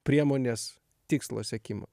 priemonės tikslo siekimą